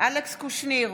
אלכס קושניר,